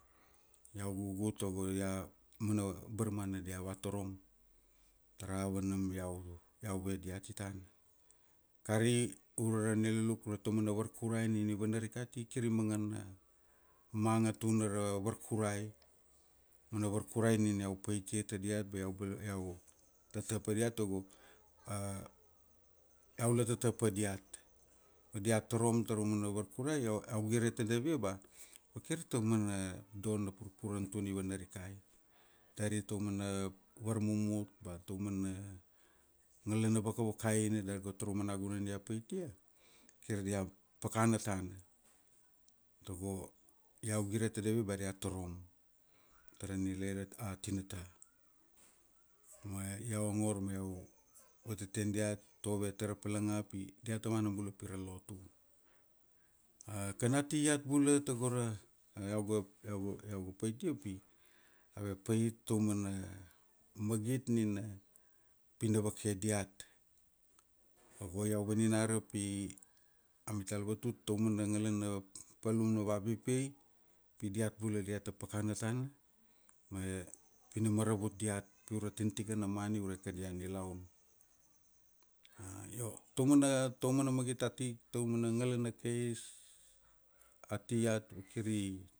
Iau gugu tago ia, mana barmana dia vatorom tarava nam iau, iau ve diat itana. Kari ure ra niluluk ure taumana varkurai nina i vanarikai ti kiri mangana manga tuna ra varkurai, mana varkurai nina iau paitia ta diat pi iau pala iau tata pa diat tago iau la tata pa diat. Ma dia torom tara umana varkurai, io, iau gire tadavia ba vakir taumana do na purpuruan i tuna i vanarikai dari ta umana varmumut ba taumana ngalana vakvakaina dar go taraumana gunan dia paitia, kir dia pakana tana. Tago, iau gire tadavia ba dia torom tara nilai ra tinata, ma iau ongor ma iau vateten diat, tove tara palanga pi diat ta vana bula tara lotu. Kan ati iat bula togo ra iauga, iauga, iauga paitia pi ave pait taumana magit nina pina vake diat. Ma go iau vaninara pi amital vatut taumana ngala na, papalum na vapipia pi diat bula diata pakana tana, ma pi na maravut diat pi ure tikana tikana mani ure kadia nilaun. Io taumana taumana magit ati taumana ngalana kais ati iat, vakir i.